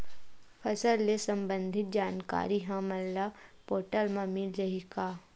फसल ले सम्बंधित जानकारी हमन ल ई पोर्टल म मिल जाही का?